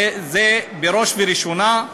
זה בראש ובראשונה.